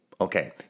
Okay